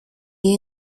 you